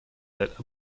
that